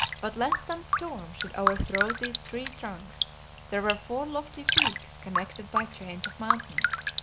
but lest some storm should overthrow these tree trunks there were four lofty peaks connected by chains of mountains.